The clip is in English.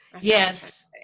Yes